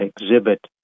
exhibit